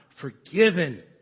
forgiven